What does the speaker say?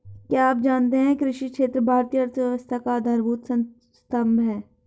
क्या आप जानते है कृषि क्षेत्र भारतीय अर्थव्यवस्था का आधारभूत स्तंभ है?